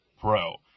pro